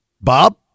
Bob